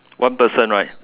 one person right